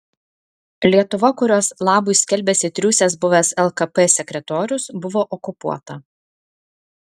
lietuva kurios labui skelbiasi triūsęs buvęs lkp sekretorius buvo okupuota